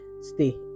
stay